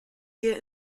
wir